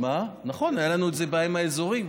נכון, הייתה לנו בעיה עם האזורים.